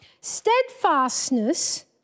steadfastness